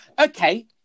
Okay